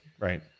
right